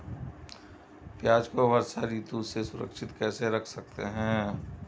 प्याज़ को वर्षा ऋतु में सुरक्षित कैसे रख सकते हैं?